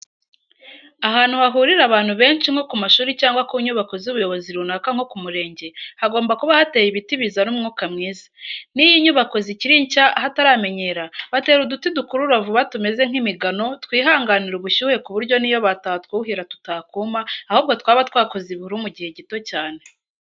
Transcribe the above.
Ahantu hahurira abantu benshi, nko ku mashuri cyangwa ku nyubako z'ubuyobozi runaka nko ku murenge, hagomba kuba hateye ibiti bizana umwuka mwiza, n'iyo inyubako zikiri nshya hataramenyera, batera uduti dukura vuba tumeze nk'imigano, twihanganira ubushyuhe ku buryo n'iyo batatwuhira tutakuma, ahubwo twaba twakoze ibihuru mu gihe gito cyane.